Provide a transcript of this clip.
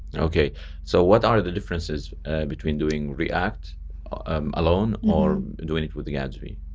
okay so what are the differences between doing react um alone or doing it with the gatsby?